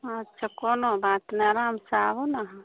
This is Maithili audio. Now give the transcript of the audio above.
अच्छा कोनो बात नहि आराम से आबु ने आहाँ